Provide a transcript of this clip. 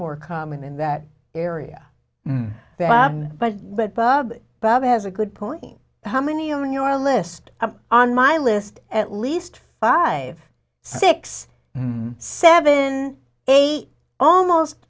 more common in that area but but bob bob has a good point how many on your list on my list at least five six seven eight almost